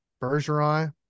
Bergeron